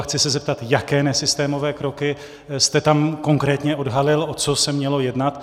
Chci se zeptat, jaké nesystémové kroky jste tam konkrétně odhalil, o co se mělo jednat.